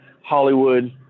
Hollywood